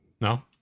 No